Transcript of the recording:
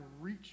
reach